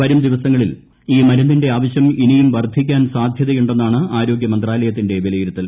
വരും ദിവസങ്ങളിൽ മരുന്നിന്റെ ആവശ്യം ഇനിയും വർദ്ധിക്കാൻ ഈ സാധ്യതയുണ്ടെന്നാണ് ആരോഗ്യ മന്ത്രാലയത്തിന്റെ വിലയിരുത്തൽ